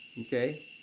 okay